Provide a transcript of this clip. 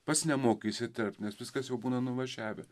pats nemoki įsiterpt nes viskas jau būna nuvažiavę